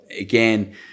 again